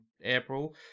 April